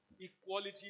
equality